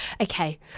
Okay